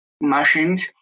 machines